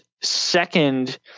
second